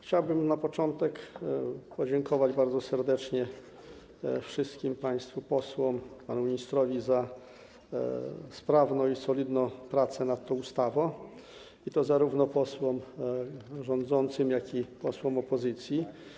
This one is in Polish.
Chciałbym na początku podziękować bardzo serdecznie wszystkim państwu posłom i panu ministrowi za sprawną i solidną pracę nad tą ustawą, i to zarówno posłom koalicji rządzącej, jak i posłom opozycji.